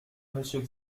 monsieur